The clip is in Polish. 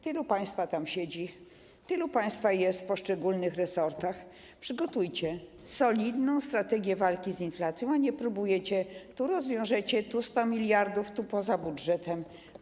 Tylu z państwa tam siedzi, tylu z państwa jest w poszczególnych resortach - przygotujcie solidną strategię walki z inflacją, a nie próbujecie, tu rozwiążecie, tu 100 mld, tu poza budżetem.